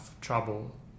trouble